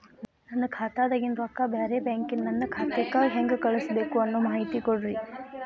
ನನ್ನ ಖಾತಾದಾಗಿನ ರೊಕ್ಕ ಬ್ಯಾರೆ ಬ್ಯಾಂಕಿನ ನನ್ನ ಖಾತೆಕ್ಕ ಹೆಂಗ್ ಕಳಸಬೇಕು ಅನ್ನೋ ಮಾಹಿತಿ ಕೊಡ್ರಿ?